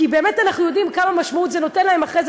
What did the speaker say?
כי אנחנו יודעים באמת כמה משמעות זה נותן להם אחרי זה,